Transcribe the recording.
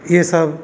ये सब